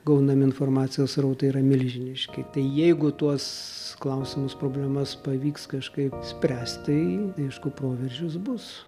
gaunami informacijos srautai yra milžiniški tai jeigu tuos klausimus problemas pavyks kažkaip išspręsti aišku proveržis bus